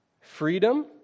freedom